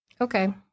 Okay